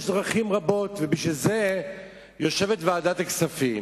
יש דרכים רבות, ובשביל זה יושבת ועדת הכספים,